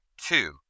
two